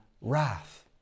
wrath